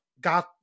got